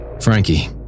Frankie